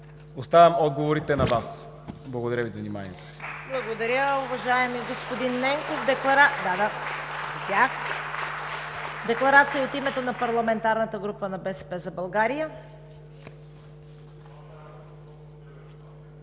Оставям отговорите на Вас. Благодаря Ви за вниманието.